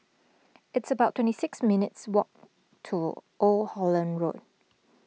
it's about twenty six minutes' walk to Old Holland Road